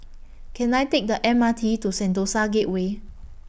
Can I Take The M R T to Sentosa Gateway